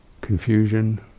confusion